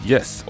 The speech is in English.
Yes